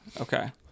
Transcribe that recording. Okay